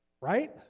right